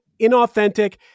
inauthentic